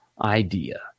idea